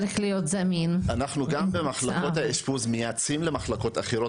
בדיוק עכשיו קיבלתי מישהו מחדרה שיש לו טרשת נפוצה,